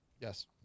Yes